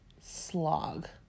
slog